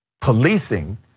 Policing